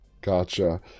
Gotcha